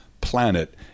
planet